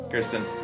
Kristen